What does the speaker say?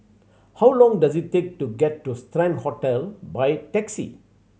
how long does it take to get to Strand Hotel by taxi